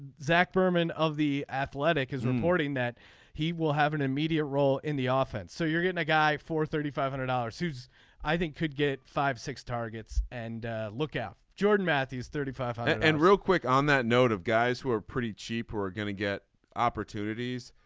zach berman of the athletic is reporting that he will have an immediate role in the offense. so you're getting a guy for thirty five hundred dollars who's i think could get five six targets and look at jordan matthews thirty. and real quick on that note of guys who are pretty cheap who are gonna get opportunities.